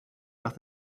nach